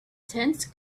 dense